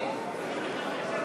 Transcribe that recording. אני לא בטוח.